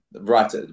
right